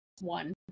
one